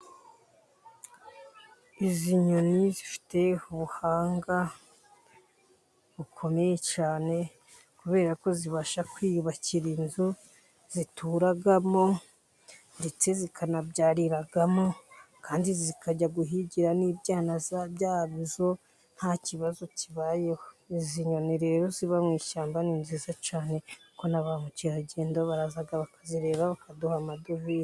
Izi nyoni zifite ubuhanga bukomeye cyane, kubera ko zibasha kwiyubakira inzu zituramo ndetse zikanabyariramo, kandi zikajya guhigira n'ibyana byazo nta kibazo kibayeho. Izi nyoni rero ziba mu ishyamba ni nziza cyane, kuko na ba mukerarugendo baraza bakazireba bakaduha amadevize.